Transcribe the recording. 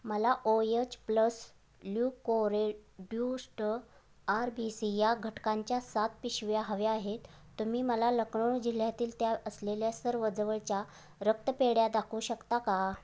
मला O H plus leukoreduced R B C या घटकांच्या सात पिशव्या हव्या आहेत तुम्ही मला लखनऊ जिल्ह्यातील त्या असलेल्या सर्व जवळच्या रक्तपेढ्या दाखवू शकता का